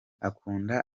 akunda